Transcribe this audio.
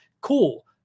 cool